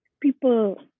people